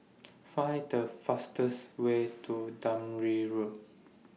Find The fastest Way to Dunearn Road